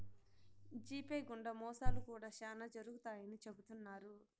GPay గుండా మోసాలు కూడా శ్యానా జరుగుతాయని చెబుతున్నారు